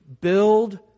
build